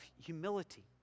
humility